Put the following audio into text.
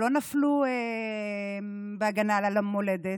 שלא נפלו בהגנה על המולדת.